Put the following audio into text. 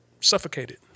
suffocated